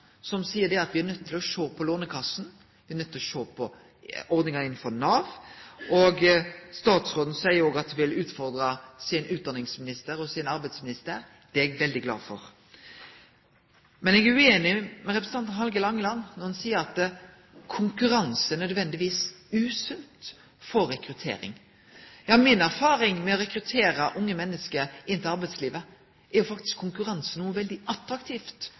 som seier at me er nøydde til å sjå på Lånekassa, me er nøydde til å sjå på ordningane innanfor Nav. Statsråden seier òg at ho vil utfordre utdanningsministeren og arbeidsministeren. Det er eg veldig glad for. Men eg er ueinig med representanten Hallgeir Langeland når han seier at konkurranse nødvendigvis er usunt for rekrutteringa. Mi erfaring med å rekruttere unge menneske inn til arbeidslivet er faktisk at konkurranse er noko attraktivt for veldig